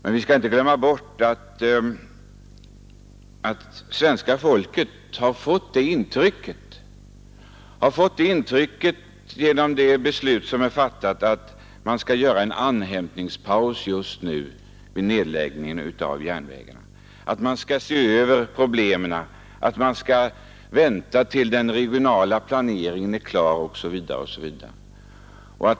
Men vi skall inte glömma bort att svenska folket har fått det intrycket, genom det beslut som är fattat, att man skall ta en andhämtningspaus just nu när det gäller nedläggning av järnvägar, att man skall se över problemen, att man skall vänta tills den regionala planeringen är klar osv.